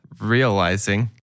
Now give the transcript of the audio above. realizing